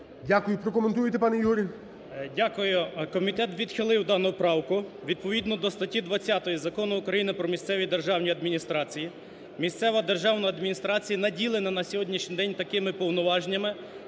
Дякую. Прокоментуйте, пане Ігор.